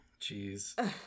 Jeez